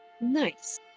Nice